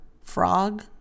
frog